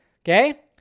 okay